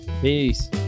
Peace